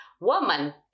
woman